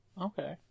Okay